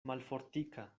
malfortika